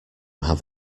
have